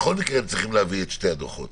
בכל מקרה הם צריכים להביא את שני הדוחות